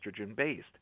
estrogen-based